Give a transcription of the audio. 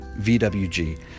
VWG